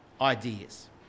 ideas